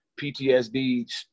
PTSD